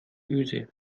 öse